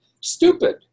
stupid